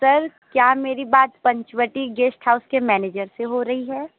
sir क्या मेरी बात पंचवटी गेस्ट हाउस के मैनेजर से हो रही है